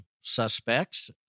suspects